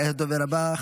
כעת הדובר הבא,